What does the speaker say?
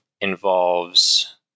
involves